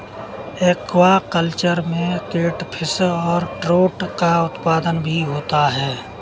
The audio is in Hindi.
एक्वाकल्चर में केटफिश और ट्रोट का उत्पादन भी होता है